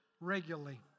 regularly